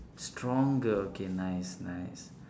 stronger okay nice nice